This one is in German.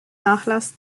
nachlass